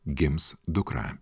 gims dukra